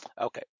Okay